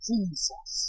Jesus